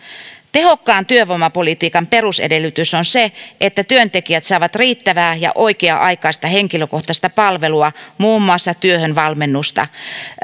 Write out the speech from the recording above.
tehokkaan työvoimapolitiikan perusedellytys on se että työntekijät saavat riittävää ja oikea aikaista henkilökohtaista palvelua muun muassa työhön valmennusta